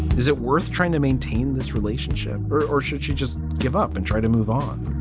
is it worth trying to maintain this relationship or or should you just give up and try to move on